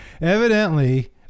evidently